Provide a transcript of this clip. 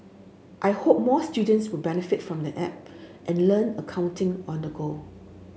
I hope more students will benefit from the app and learn accounting on the go